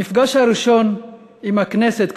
המפגש הראשון שלי עם הכנסת,